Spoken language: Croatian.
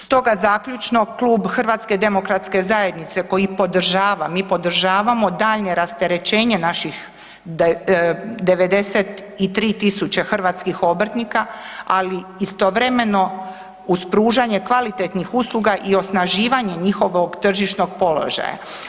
Stoga zaključno, Klub HDZ-a koji podržava, mi podržavamo daljnje rasterećenje naših 93.000 hrvatskih obrtnika, ali uz istovremeno pružanje kvalitetnih usluga i osnaživanje njihovog tržišnog položaja.